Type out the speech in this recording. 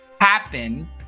happen